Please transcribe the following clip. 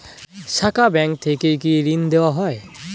শাখা ব্যাংক থেকে কি ঋণ দেওয়া হয়?